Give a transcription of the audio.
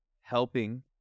Helping